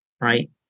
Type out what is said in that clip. right